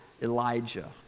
Elijah